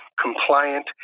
compliant